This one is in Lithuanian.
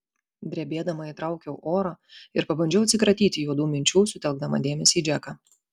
drebėdama įtraukiau oro ir pabandžiau atsikratyti juodų minčių sutelkdama dėmesį į džeką